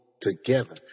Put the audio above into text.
together